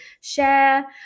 share